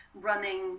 running